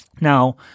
Now